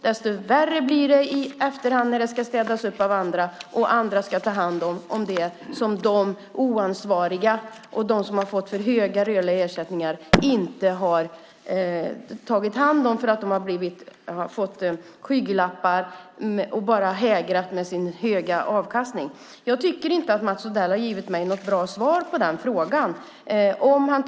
Desto värre blir det i efterhand när det ska städas upp av andra, när andra ska ta hand om det som de oansvariga och de som har fått höga rörliga ersättningar inte har tagit hand om på grund av att de haft skygglappar och att den höga avkastningen har hägrat. Jag tycker inte att Mats Odell har givit mig något bra svar på den frågan.